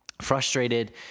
frustrated